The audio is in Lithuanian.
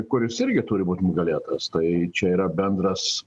kuris irgi turi būt nugalėtas tai čia yra bendras